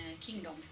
kingdom